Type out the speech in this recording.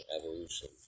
evolution